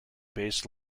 based